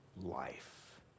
life